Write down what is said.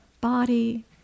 body